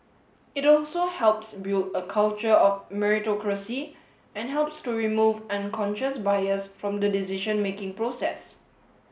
it also helps build a culture of meritocracy and helps to remove unconscious bias from the decision making process